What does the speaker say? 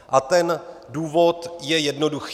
A ten důvod je jednoduchý.